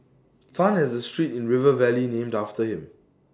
Tan has A street in river valley named after him